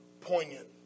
poignant